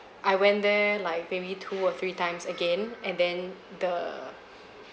I went there like maybe two or three times again and then the